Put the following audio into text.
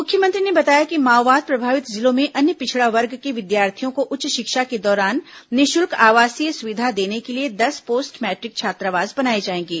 मुख्यमंत्री ने बताया कि माओवाद प्रभावित जिलों में अन्य पिछड़ा वर्ग के विद्यार्थियों को उच्च षिक्षा के दौरान निःषुल्क आवासीय सुविधा देने के लिये दस पोस्ट मैट्रिक छात्रावास बनाए जाएंगे